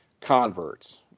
converts